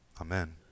Amen